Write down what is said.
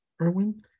Erwin